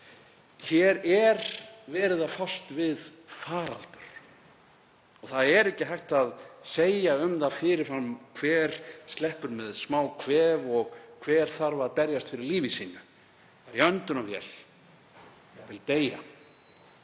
Hér er verið að fást við faraldur og það er ekki hægt að segja til um það fyrir fram hver sleppur með smákvef og hver þarf að berjast fyrir lífi sínu, fara í öndunarvél, jafnvel deyja,